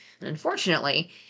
Unfortunately